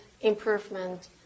improvement